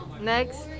Next